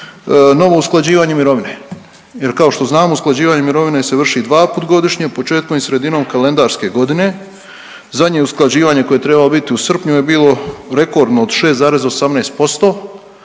novo usklađivanje mirovine jer kao što znamo usklađivanje mirovine se vrši dvaput godišnje, početkom i sredinom kalendarske godine. Zadnje usklađivanje koje je trebalo biti u srpnju je bilo rekordno od 6,18%,